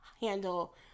handle